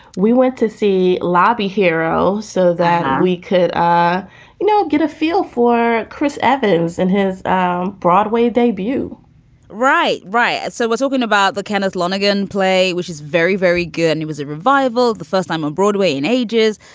we went to see lobby hero so that we could ah you know get a feel for chris evans and his um broadway debut right. right. so was talking about the kenneth lonergan play, which is very, very good. and it was a revival. the first time on ah broadway in ages,